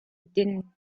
din